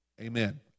Amen